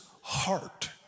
heart